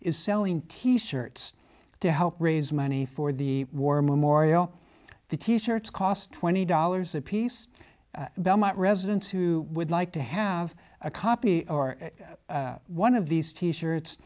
is selling t shirts to help raise money for the war memorial the t shirts cost twenty dollars apiece at belmont residents who would like to have a copy or one of these t shirts